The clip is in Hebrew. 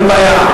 אין בעיה.